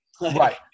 Right